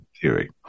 theory